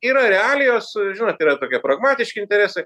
yra realijos žinot yra tokie pragmatiški interesai